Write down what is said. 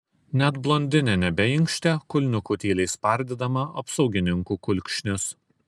net blondinė nebeinkštė kulniuku tyliai spardydama apsaugininkų kulkšnis